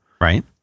Right